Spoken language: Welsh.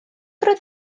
roedd